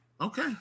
okay